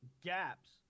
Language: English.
gaps